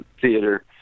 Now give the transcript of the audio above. theater